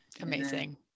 Amazing